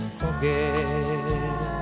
forget